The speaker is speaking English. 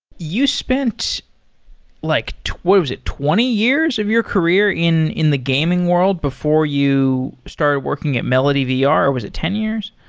you spent like what was it? twenty years of your career in in the gaming world before you started working at melodyvr, ah or was it ten years?